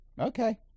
Okay